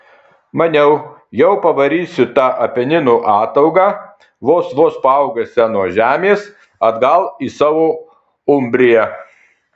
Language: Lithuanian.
maniau jau pavarysiu tą apeninų ataugą vos vos paaugusią nuo žemės atgal į savo umbriją